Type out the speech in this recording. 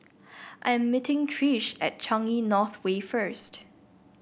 I am meeting Trish at Changi North Way first